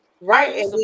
right